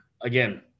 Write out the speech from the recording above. again